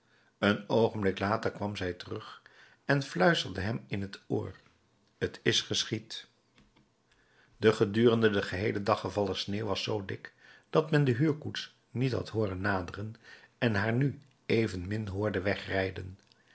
een oogenblik later kwam zij terug en fluisterde hem in t oor t is geschied de gedurende den geheelen dag gevallen sneeuw was zoo dik dat men de huurkoets niet had hooren naderen en haar nu evenmin hoorde wegrijden